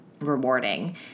rewarding